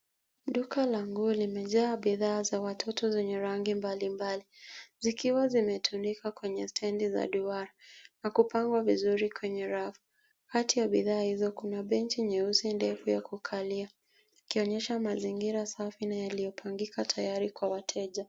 Duka la nguo limejaa bidhaa za watoto zenye rangi mbalimbali zikiwa zimetundikwa kwenye stendi za duara na kupangwa vizuri kwenye rafu. Kati ya bidhaa hizo, kuna benchi nyeusi ndefu ya kukalia, ikionyesha mazingira safi na yaliyopangika tayari kwa wateja.